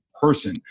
person